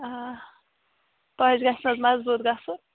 آ پَش گژھنہٕ حظ مَضبوٗط گژھُن